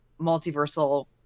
multiversal